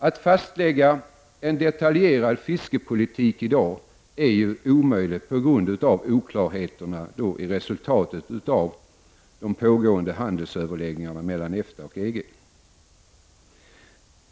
Att fastlägga en detaljerad fiskepolitik i dag är omöjligt på grund av oklarheterna i resultatet av de pågående handelsöverläggningarna mellan EFTA och EG.